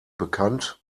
bekannt